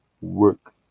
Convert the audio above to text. work